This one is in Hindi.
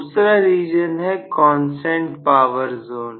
दूसरा रीजन है कांस्टेंट पावर जोन